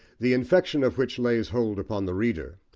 the infection of which lays hold upon the reader,